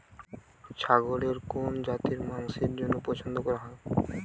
ছাগলের কোন জাতের মাংসের জন্য পছন্দ করা হয়?